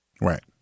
Right